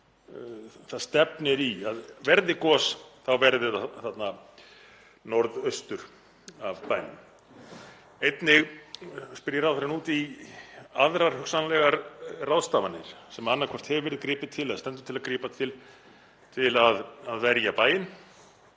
það stefnir í að ef gýs þá verði það þarna norðaustur af bænum? Einnig spyr ég ráðherrann út í aðrar hugsanlegar ráðstafanir sem annaðhvort hefur verið gripið til eða stendur til að grípa til til að verja bæinn